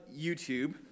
YouTube